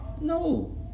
No